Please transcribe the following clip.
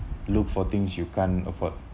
look for things you can't afford